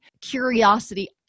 curiosity